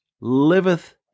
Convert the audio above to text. liveth